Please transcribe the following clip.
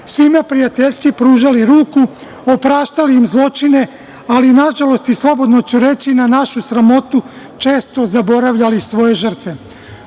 svima prijateljski pružali ruku, opraštali im zločine, ali nažalost, i slobodno su reći – na našu sramotu, često zaboravljali svoje žrtve.